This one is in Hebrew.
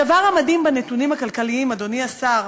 הדבר המדהים בנתונים הכלכליים, אדוני השר,